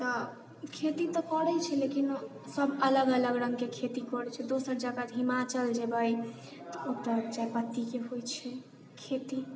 तऽ खेती तऽ करै छै लेकिन सब अलग अलग रङ्गके खेती करै छै दोसर जकर हिमाचल जेबै ओतऽ चाइपत्तीके होइ छै खेती